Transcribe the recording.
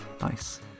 Nice